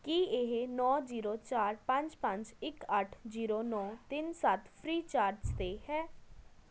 ਕੀ ਇਹ ਨੌ ਜੀਰੋ ਚਾਰ ਪੰਜ ਪੰਜ ਇੱਕ ਅੱਠ ਜੀਰੋ ਨੌ ਤਿੰਨ ਸੱਤ ਫ੍ਰੀਚਾਰਜ 'ਤੇ ਹੈ